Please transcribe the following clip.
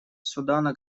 судана